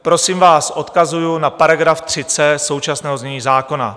Prosím vás, odkazuji na § 3c současného znění zákona.